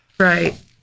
Right